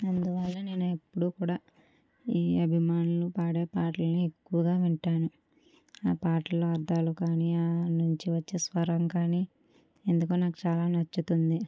అందువల్ల నేను ఎప్పుడు కూడా ఈ అభిమానులు పాడే పాటలను ఎక్కువగా వింటాను ఆ పాటలు అర్థాలు కానీ ఆ నుంచి వచ్చే స్వరం కానీ ఎందుకో నాకు చాలా నచ్చుతుంది